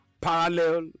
parallel